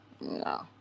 No